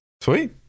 sweet